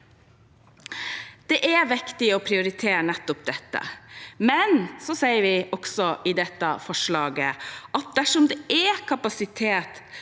Det er viktig å prioritere nettopp dette, men vi sier også i et forslag at dersom det er kapasitet